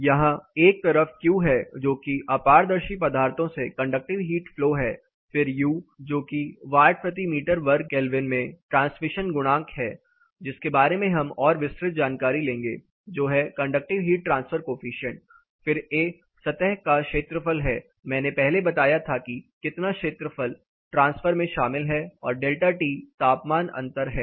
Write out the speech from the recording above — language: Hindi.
QU×A×∆T यहां एक तरफ Q है जोकि अपारदर्शी पदार्थों से कंडक्टिव हीट फ्लो है फिर U जोकि वाट प्रति मीटर वर्ग केल्विन में ट्रांसमिशन गुणांक है जिसके बारे में हम और विस्तृत जानकारी लेंगे जो है कंडक्टिव हीट ट्रांसफर कॉएफिशिएंट फिर A सतह का क्षेत्रफल है मैंने पहले बताया था कि कितना क्षेत्रफल ट्रांसफर में शामिल है और ΔT तापमान अंतर है